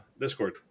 Discord